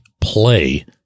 play